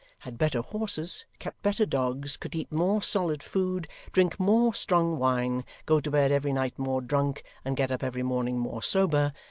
had better horses, kept better dogs, could eat more solid food, drink more strong wine, go to bed every night more drunk and get up every morning more sober,